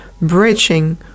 bridging